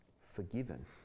forgiven